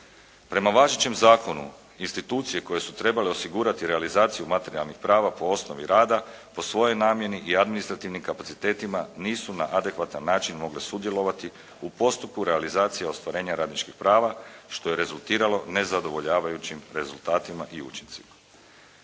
Prema važećem zakonu, institucije koje su trebale osigurati realizaciju materijalnih prava po osnovi rada po svojoj namjeni i administrativnim kapacitetima nisu na adekvatan način mogle sudjelovati u postupku realizacije ostvarenja radničkih prava, što je rezultiralo nezadovoljavajućim rezultatima i učincima.